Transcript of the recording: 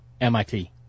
MIT